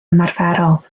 ymarferol